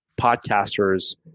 podcasters